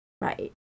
right